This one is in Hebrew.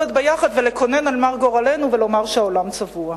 ביחד ולקונן על מר גורלנו ולומר שהעולם צבוע.